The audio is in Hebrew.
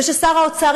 ושר האוצר,